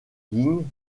ligne